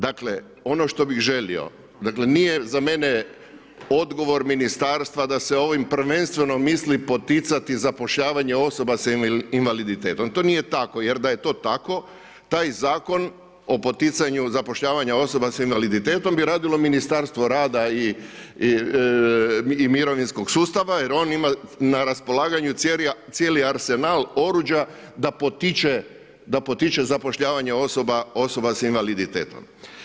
Dakle, ono što bi želio, nije za mene odgovor ministarstva da se ovim prvenstveno misli poticati zapošljavanje osoba sa invaliditetom to nije tako jer da je to tako, taj Zakon o poticanju zapošljavanja osoba sa invaliditetom bi radilo Ministarstvo rada i mirovinskog sustava jer on ima na raspolaganju cijeli arsenal oruđa da potiče zapošljavanje osoba sa invaliditetom.